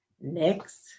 next